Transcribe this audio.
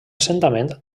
assentament